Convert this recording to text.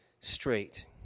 straight